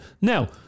Now